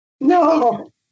No